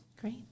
great